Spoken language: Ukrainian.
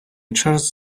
час